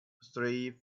three